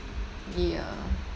ya